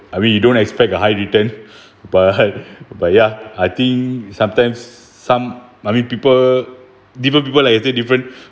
I mean you don't expect a high return but but ya I think sometimes some I mean people different people like answer different